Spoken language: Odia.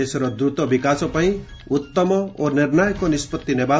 ଦେଶର ଦ୍ରତ ବିକାଶ ପାଇଁ ଉତ୍ତମ ଓ ନିର୍ଣ୍ଣାୟକ ନିଷ୍ପଭି ନେବା